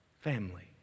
family